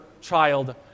child